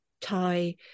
tie